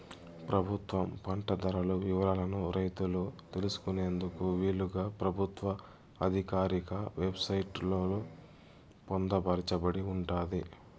ప్రభుత్వం పంట ధరల వివరాలను రైతులు తెలుసుకునేందుకు వీలుగా ప్రభుత్వ ఆధికారిక వెబ్ సైట్ లలో పొందుపరచబడి ఉంటాది